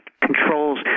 controls